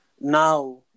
now